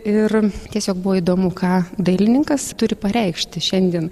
ir tiesiog buvo įdomu ką dailininkas turi pareikšti šiandien